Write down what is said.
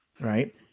right